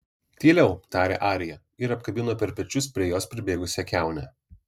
tyliau tarė arija ir apkabino per pečius prie jos pribėgusią kiaunę